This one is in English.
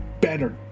better